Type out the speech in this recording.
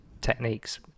techniques